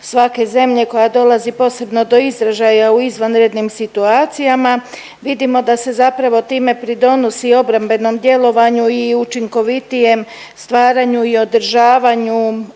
svake zemlje koja dolazi posebno do izražaja u izvanrednim situacijama vidimo da se zapravo time pridonosi obrambenom djelovanju i učinkovitijem stvaranju i održavanju